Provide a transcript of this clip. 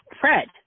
FRED